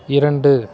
இரண்டு